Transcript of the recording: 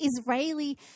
Israeli